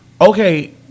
okay